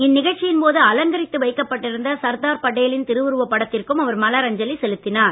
இந்நிகழ்ச்சியின் போது அலங்கரித்து வைக்கப்பட்டிருந்த சர்தார் படேலின் திருவுருவப் படத்திற்கும் அவர் மலரஞ்சலி செலுத்தினார்